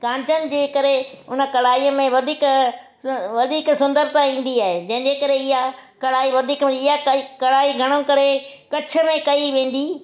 कांचनि जे करे उन कढ़ाईअ में वधीक वधीक सुंदरता ईंदी आहे जंहिंजे करे ईअं कढ़ाई वधीक ईअं कढ़ाई घणो करे कच्छ में कई वेंदी